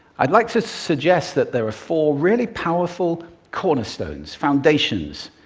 i'd like to suggest that there are four really powerful cornerstones, foundations,